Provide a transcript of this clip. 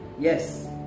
Yes